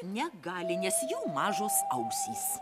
negali nes jų mažos ausys